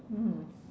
mm